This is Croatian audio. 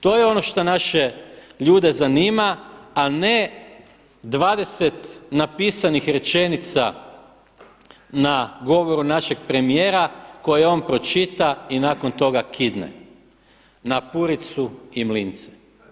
To je ono šta naše ljude zanima, a ne 20 napisanih rečenica na govoru našega premijera koje on pročita i nakon toga kidne na puricu i mlince.